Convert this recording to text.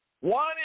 One